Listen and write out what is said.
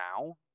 now